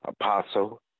Apostle